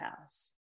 house